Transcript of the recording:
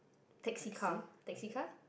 taxi car taxi car